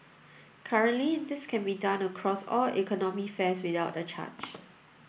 currently this can be done across all economy fares without a charge